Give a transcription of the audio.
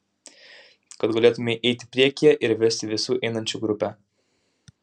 kad galėtumei eiti priekyje ir vesti visų einančių grupę